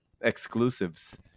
exclusives